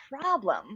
problem